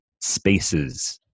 spaces